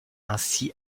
ainsi